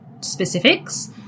specifics